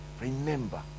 remember